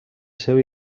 seu